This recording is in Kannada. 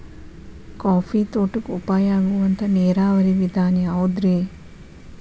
ಕಾಫಿ ತೋಟಕ್ಕ ಉಪಾಯ ಆಗುವಂತ ನೇರಾವರಿ ವಿಧಾನ ಯಾವುದ್ರೇ?